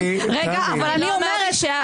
אני לא אמרתי שאת.